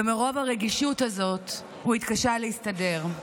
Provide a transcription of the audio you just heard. ומרוב הרגישות הזאת הוא התקשה להסתדר.